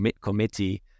committee